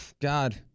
God